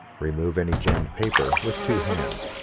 remove any jammed paper with two hands.